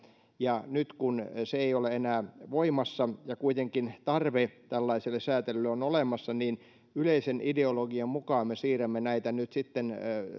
ja nyt kun se ei ole enää voimassa ja kuitenkin tarve tällaiselle säätelylle on olemassa niin yleisen ideologian mukaan me siirrämme näitä nyt